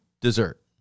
Dessert